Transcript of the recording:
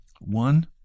one